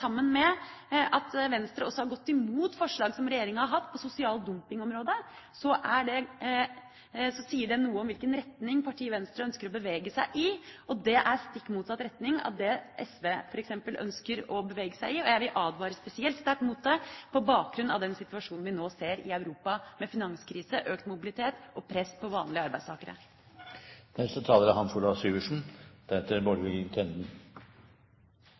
sammen med at Venstre også har gått imot forslag som regjeringa har hatt på sosial dumping-området, sier det noe om hvilken retning partiet Venstre ønsker å bevege seg i. Det er i stikk motsatt retning av det f.eks. SV ønsker å bevege seg i. Jeg vil advare spesielt sterkt mot det, på bakgrunn av den situasjonen vi nå ser i Europa, med finanskrise, økt mobilitet og press på vanlige